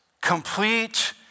Complete